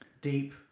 deep